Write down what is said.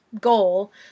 goal